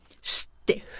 stiff